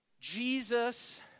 Jesus